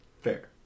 Fair